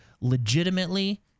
legitimately